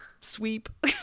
sweep